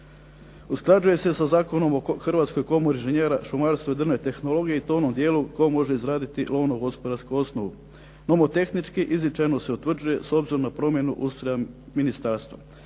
Usklađuje se sa Zakonom o Hrvatskoj komori inženjera, šumarstva i drvne tehnologije i to u onom dijelu tko može izraditi lovno gospodarsku osnovu. Nomotehnički izričajno se utvrđuje s obzirom na promjenu ustrojem ministarstva.